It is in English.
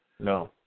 No